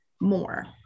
more